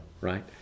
right